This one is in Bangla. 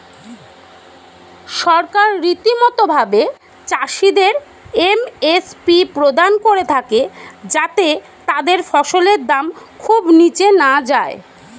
সরকার রীতিমতো ভাবে চাষিদের এম.এস.পি প্রদান করে থাকে যাতে তাদের ফসলের দাম খুব নীচে না যায়